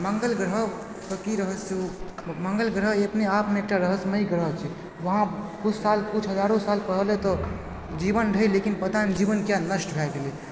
मंगल ग्रहपे की रहस्य मंगल ग्रह अपने आपमे एकटा रहस्यमइ ग्रह छै वहाँ किछु साल किछु हजारो साल पहिले तक जीवन रहय लेकिन पता नहि जीवन किया नष्ट भए गेलय